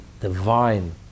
divine